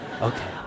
Okay